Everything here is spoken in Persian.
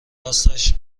راستش